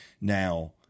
now